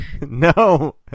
No